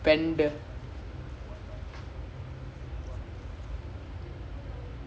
I know bayern leverkusen they won bayern I think two one or something before